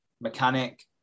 mechanic